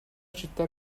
città